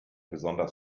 besonders